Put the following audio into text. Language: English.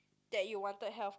that you wanted health